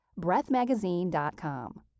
breathmagazine.com